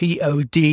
POD